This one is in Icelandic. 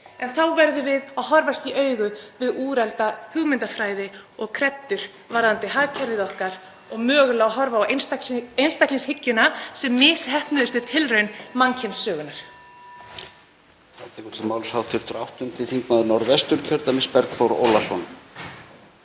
en þá verðum við að horfast í augu við úrelta hugmyndafræði og kreddur varðandi hagkerfið okkar og mögulega að horfa á einstaklingshyggjuna sem misheppnuðustu tilraun mannkynssögunnar.